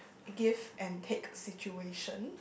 give and take situation